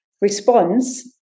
response